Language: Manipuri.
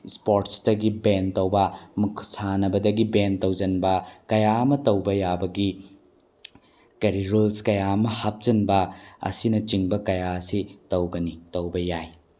ꯏꯁꯄꯣꯔꯠꯁꯇꯒꯤ ꯕꯦꯟ ꯇꯧꯕ ꯑꯃꯨꯛ ꯁꯥꯟꯅꯕꯗꯒꯤ ꯕꯦꯟ ꯇꯧꯁꯤꯟꯕ ꯀꯌꯥ ꯑꯃ ꯇꯧꯕ ꯌꯥꯕꯒꯤ ꯀꯔꯤ ꯔꯨꯜꯁ ꯀꯌꯥ ꯑꯃ ꯍꯥꯞꯆꯤꯟꯕ ꯑꯁꯤꯅꯆꯤꯡꯕ ꯀꯌꯥ ꯑꯁꯤ ꯇꯧꯒꯅꯤ ꯇꯧꯕ ꯌꯥꯏ